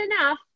enough